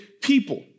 people